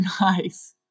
nice